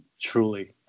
truly